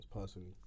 personally